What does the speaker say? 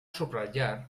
subratllar